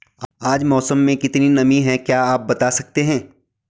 आज मौसम में कितनी नमी है क्या आप बताना सकते हैं?